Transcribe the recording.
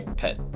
pet